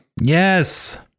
yes